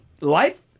life